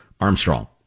Armstrong